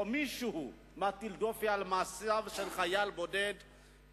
או מישהו מטיל דופי במעשיו של חייל בודד,